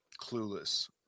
Clueless